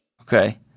Okay